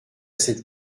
cette